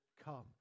come